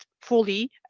fully